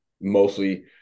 mostly